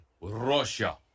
Russia